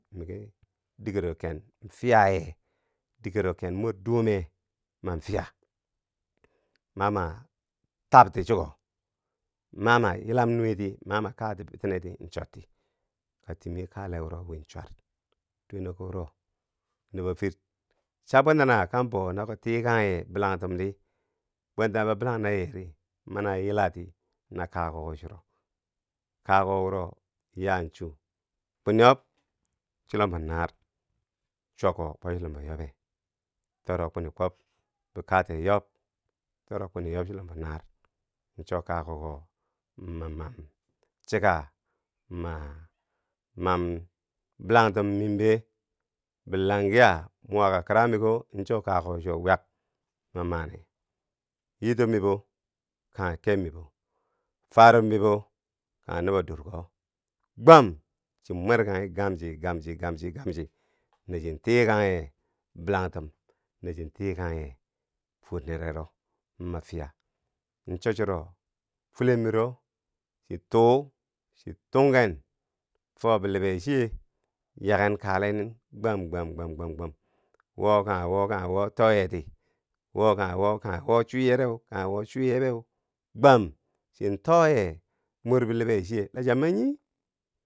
Miki digero ken fiya ye digero ken mor dume man fiya, ma ma tabti chiko, ma ma yilam nuweti ma ma kaa biteneti chorti ka timi kale wuro win chwat, dweno ko wuro nubofiir cha bwentano kan bou nako tikangye. bilangtum di, bwentano ba bilang na yeri mani ayila ti na kakukko churo, kakukko wuro yaa chuu, kwiniyob chilombo naar, chwiyak ko kwob chilombo hyobe toro kwini kwob, bikate yob toro kwini yob chulombo naar cho kakukko ma mam chika ma mam bilangtum mimbe. bilang giya mwaka kirak miko cho kakukko chuwo wiyak ma mane, yitob mi bo kanghe kebmibo, farub mibo kanghe nubo durko gwam chin mwerkanghi gamchi gamchi gamchi gamchi na chin tikangye. bilangtum na chin tikangye fwor nerero ma fiya, cho churo fulen miro chi tuu chi tungken fo bilibe chiye yaken kale nin gwam gwam gwam gwam gwam wo kanghe wo kanghe wo too yeti wo kanghe wo kanghe wo chwiyereu, kanghe wo chwiyebeu gwam chin too ye mor. bilibe chiye la chiya manyi?.